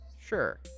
Sure